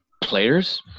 Players